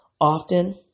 often